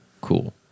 cool